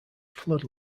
flood